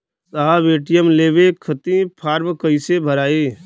साहब ए.टी.एम लेवे खतीं फॉर्म कइसे भराई?